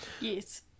Yes